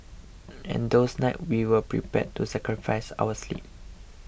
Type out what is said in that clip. and those nights we were prepared to sacrifice our sleep